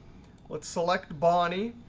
let's select bonnie.